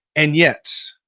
and yet,